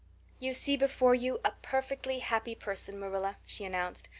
you see before you a perfectly happy person, marilla, she announced.